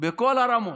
בכל הרמות.